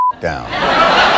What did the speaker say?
down